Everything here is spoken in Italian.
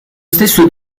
stesso